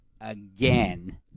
Again